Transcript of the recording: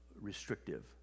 restrictive